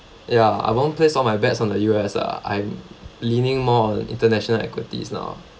ya I won't place all my bets on the U_S uh I'm leaning more on international equities now